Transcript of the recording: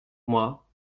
moi